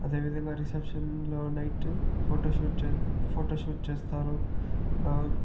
అదేవిధంగా రిసెప్షన్లో night photo shoot చే ఫోటో షూట్ చేస్తారు